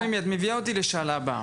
אז מימי את מביאה אותי לשאלה הבאה,